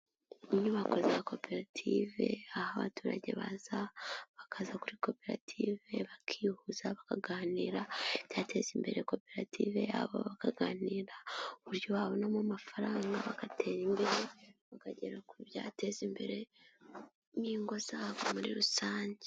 Inyubako za koperative, aho abaturage baza, bakaza kuri koperative, bakihuza, bakaganira ibyateza imbere koperative yabo, bakaganira uburyo babonamo amafaranga bagatera imbere, bakagera ku byateza imbere n'ingo zabo muri rusange.